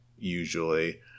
usually